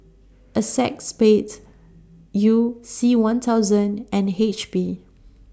ACEXSPADE YOU C one thousand and H P